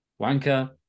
wanker